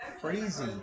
crazy